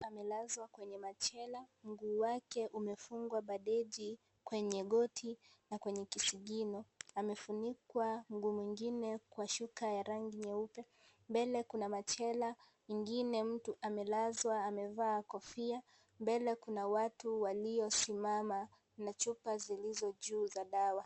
Amelazwa kwenye machela ,mguu wake umefungwa bandeji kwenye goti na kwenye kisigino amefunikwa mguu mwingine kwa shuka ya rangi nyeupe, mbele kuna machela ingine mtu amelazwa amevaa kofia mbele kuna watu waliosimama na chupa zilizo juu za dawa.